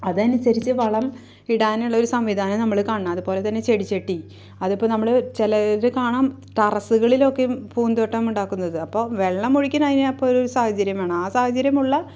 അതനുസരിച്ച് വളം ഇടാനുള്ളൊരു സംവിധാനം നമ്മള് കാണണം അതുപോലെ തന്നെ ചെടിച്ചെട്ടി അത് ഇപ്പോള് നമ്മള് ചിലര് കാണാം ടെറസുകളിലൊക്കെയും പൂന്തോട്ടം ഉണ്ടാക്കുന്നത് അപ്പോള് വെള്ളം ഒഴിക്കുന്നതിന് അപ്പോള് ഒരു സാഹചര്യം വേണം ആ സാഹചര്യം ഉള്ള